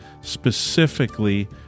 specifically